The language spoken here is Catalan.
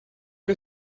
que